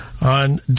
on